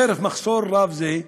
חרף מחסור רב זה,